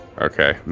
Okay